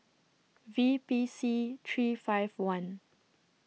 V P C three five one